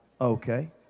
Okay